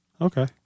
Okay